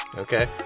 Okay